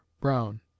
Brown